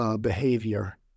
behavior